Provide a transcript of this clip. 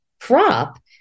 crop